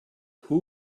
who